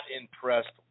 impressed